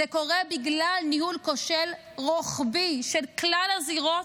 זה קורה בגלל ניהול כושל רוחבי של כלל הזירות,